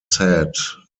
said